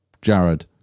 Jared